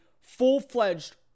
full-fledged